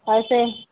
ऐसे